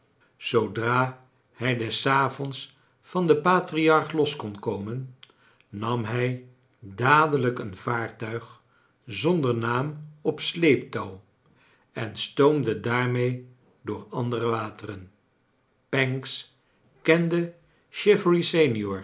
oodra hij des avoiids van den patriarch los kon komen nam hij dadelijk een vaartuig zonder naam op sleeptouw en stoomde daarmee door andere wateren pancks kende